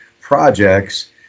projects